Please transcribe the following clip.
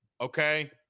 okay